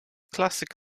classic